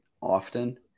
often